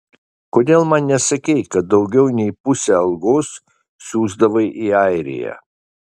kodėl man nesakei kad daugiau nei pusę algos siųsdavai į airiją